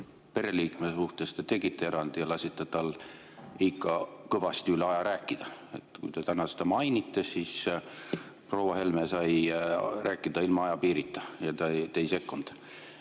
pereliikme suhtes te tegite erandi ja lasite tal ikka kõvasti üle aja rääkida. Te täna seda mainisite, aga proua Helme sai rääkida ilma ajapiirita ja te ei sekkunud.